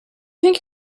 think